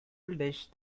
dish